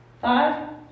Five